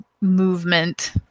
movement